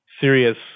serious